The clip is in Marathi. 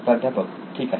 प्राध्यापक ठीक आहे